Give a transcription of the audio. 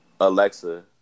Alexa